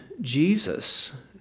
Jesus